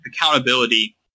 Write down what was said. accountability